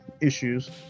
issues